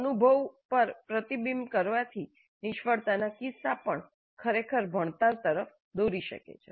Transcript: અનુભવ પર પ્રતિબિંબ કરવાથી નિષ્ફળતાના કિસ્સા પણ ખરેખર ભણતર તરફ દોરી શકે છે